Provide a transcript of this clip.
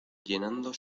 llenando